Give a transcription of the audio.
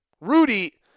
Rudy